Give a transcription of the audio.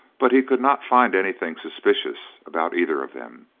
but he could not find anything suspicious about either of them.